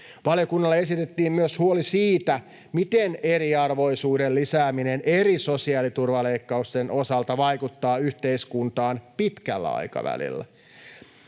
Valiokunnalle esitettiin myös huoli siitä, miten eriarvoisuuden lisääminen eri sosiaaliturvaleikkausten osalta vaikuttaa yhteiskuntaan pitkällä aikavälillä.